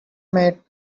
mate